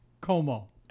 Como